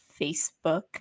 Facebook